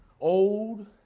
old